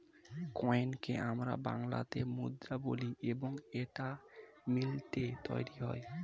কয়েনকে আমরা বাংলাতে মুদ্রা বলি এবং এইটা মিন্টে তৈরী হয়